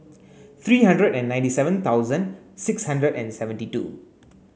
three hundred and ninety seven thousand six hundred and seventy two